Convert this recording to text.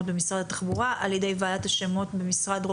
על ידי ועדת השמות במשרד התחבורה,